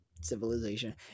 civilization